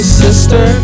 sister